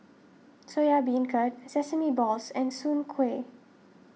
Soya Beancurd Sesame Balls and Soon Kuih